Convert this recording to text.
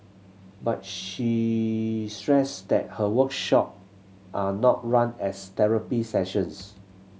but she stressed that her workshop are not run as therapy sessions